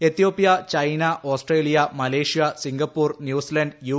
Ethiopia China Australia Malaysia Singapore New Zealand U